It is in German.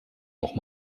noch